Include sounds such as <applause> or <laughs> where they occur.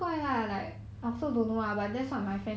<laughs>